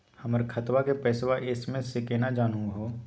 हमर खतवा के पैसवा एस.एम.एस स केना जानहु हो?